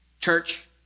Church